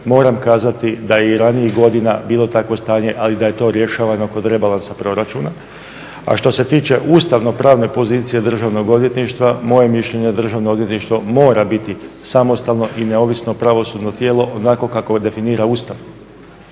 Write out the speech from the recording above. Moram kazati da je i ranijih godina bilo takvo stanje, ali da je to rješavamo kod rebalansa proračuna. A što se tiče ustavnopravne pozicije Državnog odvjetništvo moje mišljenje je da Državno odvjetništvo mora biti samostalno i neovisno pravosudno tijelo onako kako definira Ustav.